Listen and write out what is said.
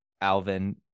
Alvin